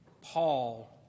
Paul